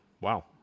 Wow